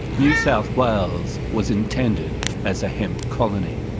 new south wales was intended as a hemp colony.